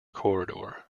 corridor